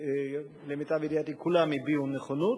למיטב ידיעתי כולם הביעו נכונות.